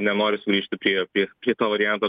nenori sugrįžti prie prie prie to varianto